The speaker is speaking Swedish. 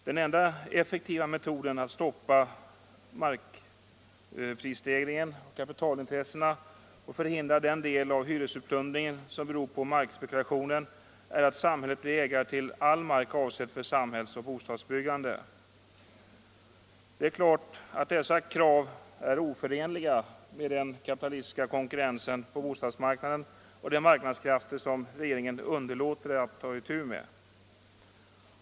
Den enda effektiva metoden att stoppa markprisstegringen och kapitalintresssena samt förhindra den del av hyresutplundringen som beror på markspekulationen är att samhället blir ägare till all mark avsedd för samhällsoch bostadsbyggande. Det är klart att dessa krav är oförenliga med den kapitalistiska konkurrensen på bostadsmarknaden och de marknadskrafter som regeringen underlåter att ta itu med.